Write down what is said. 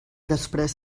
després